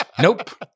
Nope